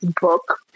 book